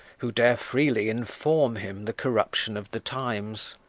who dare freely inform him the corruption of the times?